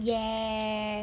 yes